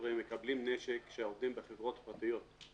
החבר'ה מקבלים נשק כאשר הם עובדים בחברות פרטיות,